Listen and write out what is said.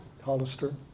hollister